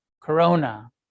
corona